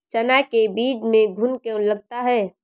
चना के बीज में घुन क्यो लगता है?